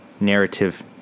narrative